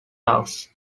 tasks